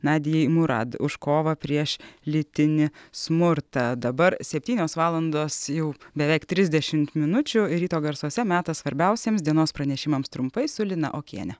nadijai murad už kovą prieš lytinį smurtą dabar septynios valandos jau beveik trisdešimt minučių ryto garsuose metas svarbiausiems dienos pranešimams trumpai su lina okiene